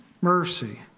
mercy